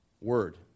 Word